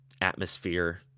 atmosphere